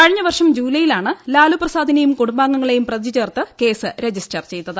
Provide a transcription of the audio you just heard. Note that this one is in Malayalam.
കഴിഞ്ഞവർഷം ജൂലൈയിലാണ് ലാലു പ്രസാദിനെയും കുടുംബാംഗങ്ങളെയും പ്രതിചേർത്ത് കേസ് രജിസ്റ്റർ ചെയ്തത്